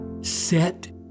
set